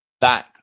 back